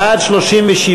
בעד, 37,